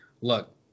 Look